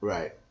Right